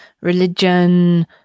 religion